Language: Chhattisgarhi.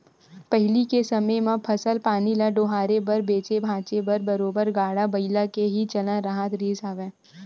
पहिली के समे म फसल पानी ल डोहारे बर बेंचे भांजे बर बरोबर गाड़ा बइला के ही चलन राहत रिहिस हवय